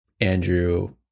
Andrew